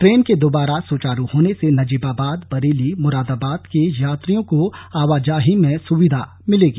train के दोबारा सुचारू होने से नजीबाबाद बरेली मुरादाबाद के यात्रियों को आवाजाही में सुविधा मिलेगी